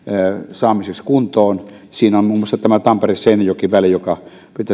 saamiseksi kuntoon siinä on muun muassa tämä tampere seinäjoki väli johon pitäisi